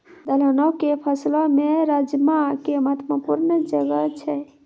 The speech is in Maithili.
दलहनो के फसलो मे राजमा के महत्वपूर्ण जगह छै